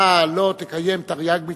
אתה לא תקיים תרי"ג מצוות,